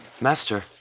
Master